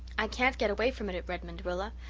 i can't get away from it at redmond, rilla.